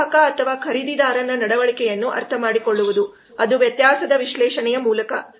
ಗ್ರಾಹಕ ಅಥವಾ ಖರೀದಿದಾರನ ನಡವಳಿಕೆಯನ್ನು ಅರ್ಥಮಾಡಿಕೊಳ್ಳುವುದು ಅದು ವ್ಯತ್ಯಾಸದ ವಿಶ್ಲೇಷಣೆಯ ಮೂಲಕ